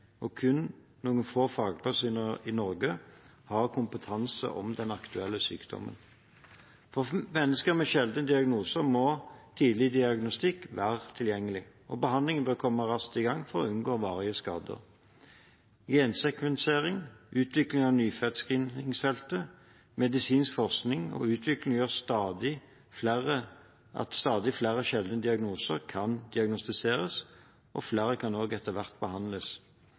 og kun noen få fagpersoner i Norge har kompetanse om den aktuelle sykdommen. For mennesker med sjeldne diagnoser må tidlig diagnostikk være tilgjengelig, og behandlingen bør komme raskt i gang for å unngå varige skader. Gensekvensering, utvikling av nyfødtscreeningfeltet, medisinsk forskning og utvikling gjør at stadig flere sjeldne diagnoser kan diagnostiseres, og flere kan også etter hvert behandles.